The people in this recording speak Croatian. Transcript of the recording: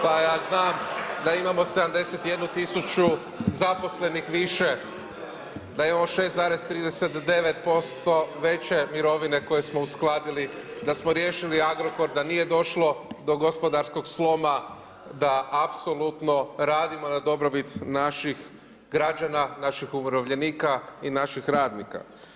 Pa ja znam da imamo 71 000 zaposlenih više, da imamo 6,39% veće mirovine koje smo uskladili, da smo riješili Agrokor, da nije došlo do gospodarskog sloma, da apsolutno radimo na dobrobit naših građana, naših umirovljenika i naših radnika.